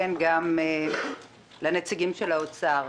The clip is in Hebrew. וכן גם לנציגים של האוצר.